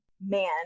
man